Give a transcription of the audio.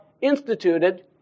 instituted